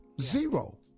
Zero